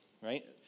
right